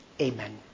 Amen